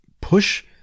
push